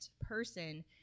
person